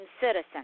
citizens